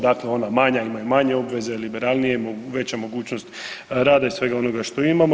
Dakle ona manja imaju manje obveze i liberalnije, veća mogućnost rada i svega ovoga što imamo.